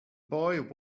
boy